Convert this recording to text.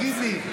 כמה,